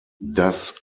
das